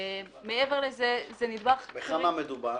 מעבר לזה, זה נדבך קריטי --- בכמה מדובר?